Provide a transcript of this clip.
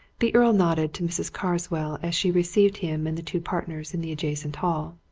the earl nodded to mrs. carswell as she received him and the two partners in the adjacent hall.